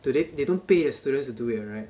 do they they don't pay the students to do it right